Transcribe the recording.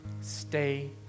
stay